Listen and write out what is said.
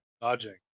dodging